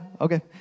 Okay